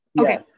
okay